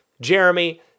Jeremy